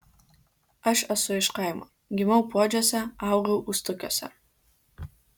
aš esu iš kaimo gimiau puodžiuose augau ustukiuose